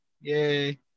Yay